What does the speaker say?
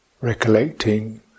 recollecting